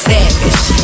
Savage